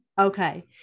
Okay